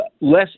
less